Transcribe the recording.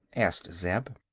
asked zeb.